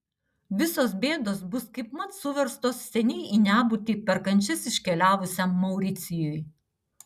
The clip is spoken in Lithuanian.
visos bėdos bus kaipmat suverstos seniai į nebūtį per kančias iškeliavusiam mauricijui